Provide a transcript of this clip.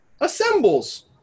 assembles